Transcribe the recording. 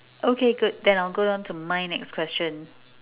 okay good then I'll go on to my next question